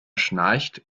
schnarcht